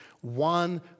one